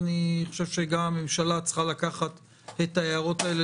גם הממשלה צריכה לקחת את ההערות האלה